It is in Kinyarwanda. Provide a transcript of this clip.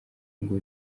ngo